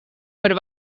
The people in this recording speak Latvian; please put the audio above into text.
par